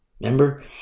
remember